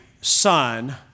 son